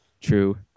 True